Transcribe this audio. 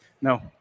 No